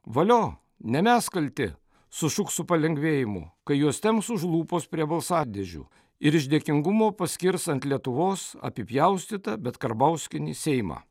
valio ne mes kalti sušuks su palengvėjimu kai juos temps už lūpos prie balsadėžių ir iš dėkingumo paskirs ant lietuvos apipjaustytą bet karbauskinį seimą